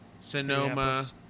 Sonoma